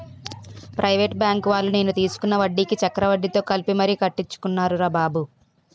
private బాంకువాళ్ళు నేను తీసుకున్న వడ్డీకి చక్రవడ్డీతో కలిపి మరీ కట్టించుకున్నారురా బాబు